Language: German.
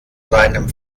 seinem